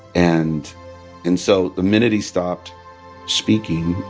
and and so the minute he stopped speaking,